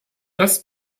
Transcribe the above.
dass